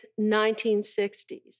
1960s